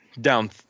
down